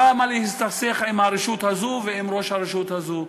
למה להסתכסך עם הרשות הזו ועם ראש הרשות הזו?